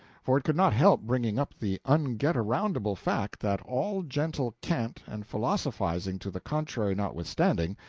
for it could not help bringing up the unget-aroundable fact that, all gentle cant and philosophizing to the contrary notwithstanding,